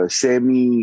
semi